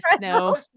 no